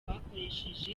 bakoresheje